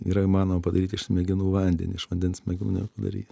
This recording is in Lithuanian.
yra įmanoma padaryt iš smegenų vandenį iš vandens smegenų nepadary